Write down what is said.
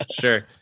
Sure